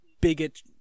bigot